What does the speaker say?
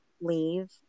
leave